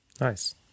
Nice